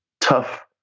tough